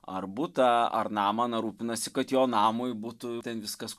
ar butą ar namą na rūpinasi kad jo namui būtų ten viskas